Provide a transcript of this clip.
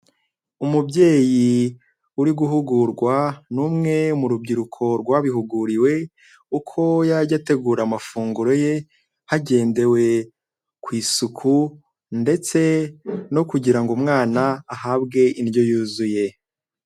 Umubyeyi uri guhugurwa n'umwe mu rubyiruko rwabihuguriwe uko yajya ategura amafunguro ye, hagendewe ku isuku ndetse no kugira ngo umwana ahabwe indyo yuzuye.